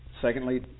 secondly